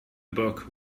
book